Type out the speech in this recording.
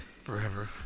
Forever